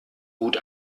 gut